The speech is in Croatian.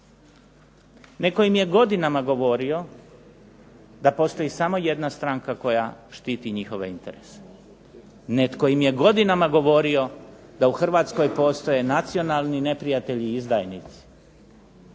Netko im je godinama govorio da postoji samo jedna stranka koja štiti njihove interese. Netko im je godinama govorio da u Hrvatskoj postoje nacionalni neprijatelji i izdajnici.